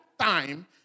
time